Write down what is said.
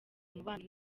umubano